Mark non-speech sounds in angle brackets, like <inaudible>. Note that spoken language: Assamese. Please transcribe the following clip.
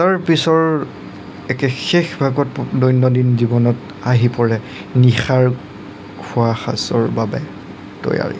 তাৰ পিছৰ একে শেষ ভাগত <unintelligible> দৈনন্দিন জীৱনত আহি পৰে নিশাৰ খোৱা সাঁজৰ বাবে তৈয়াৰী